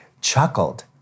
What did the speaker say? chuckled